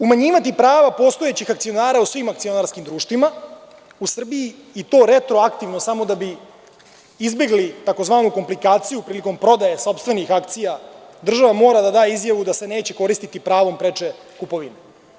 Umanjivati prava postojećih akcionara u svim akcionarskim društvima u Srbiji i to retroaktivno samo da bi izbegli tzv. komplikaciju prilikom prodaje sopstvenih akcija, država mora da da izjavu da se neće koristiti pravom preče kupovine.